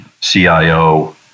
CIO